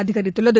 அதிகரித்துள்ளது